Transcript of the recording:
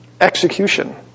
Execution